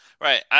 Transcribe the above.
right